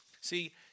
See